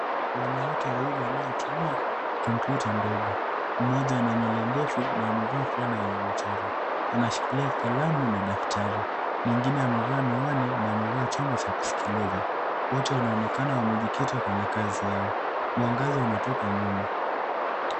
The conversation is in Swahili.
Wanawake wawili wanaotumia kompyuta ndogo mmoja ana nywele ndefu na amevaa fulana yenye michoro .Anashikilia kalamu na daftari, mwingine amevaa miwani na amevaa chombo cha kusikiliza. Wote wanaonekana wamejikita katika kazi yao. Mwangaza unatoka nyuma.